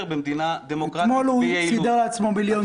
במדינה דמוקרטית -- אתמול הוא סידר לעצמו מיליון שקל,